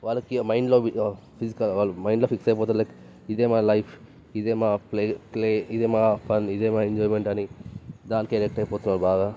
వాళ్ళకి మైడ్లో ఫిసిక వాళ్ళు మైండ్లో ఫిక్స్ అయిపోతారు లైక్ ఇదే మా లైఫ్ ఇదే మా ప్లే ఇదే మా ఫన్ ఇదే మా ఎంజాయ్మెంట్ అని దానికే ఎడిక్ట్ అయిపోతున్నారు బాగా